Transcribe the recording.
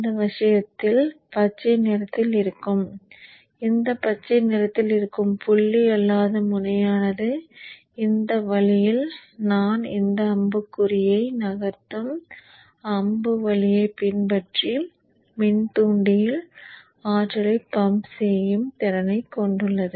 இந்த விஷயத்தில் பச்சை நிறத்தில் இருக்கும் இந்த பச்சை நிறத்தில் இருக்கும் புள்ளி அல்லாத முனையானது இந்த வழியில் நான் இந்த அம்புக்குறியை நகர்த்தும் அம்பு வழியைப் பின்பற்றி மின்தூண்டியில் ஆற்றலை பம்ப் செய்யும் திறனைக் கொண்டுள்ளது